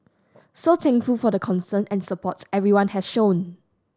so thankful for the concern and support everyone has shown